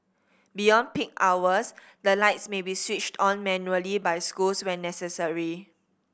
beyond peak hours the lights may be switched on manually by schools when necessary